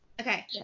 Okay